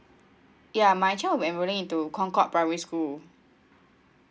ya my child will enrolling into concord primary school